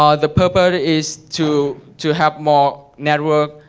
um the purpose is to to have more network,